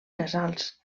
casals